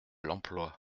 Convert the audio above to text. l’emploi